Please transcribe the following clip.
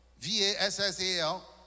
V-A-S-S-A-L